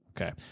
Okay